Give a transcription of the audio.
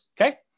okay